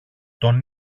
τον